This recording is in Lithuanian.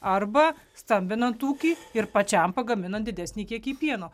arba stambinant ūkį ir pačiam pagaminant didesnį kiekį pieno